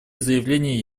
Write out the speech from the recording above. заявления